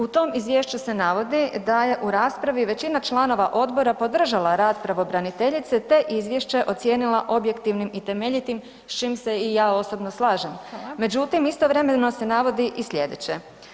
U tom izvješću se navodi da je u raspravi većina članova odbora podržala rad pravobraniteljice te izvješće ocijenila objektivnim i temeljitim s čim se i ja osobno slažem međutim istovremeno se navodi i slijedeće.